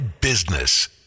Business